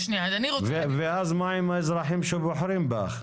ואז מה עם האזרחים שבוחרים בך?